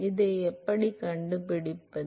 இதை எப்படி கண்டுபிடிப்பது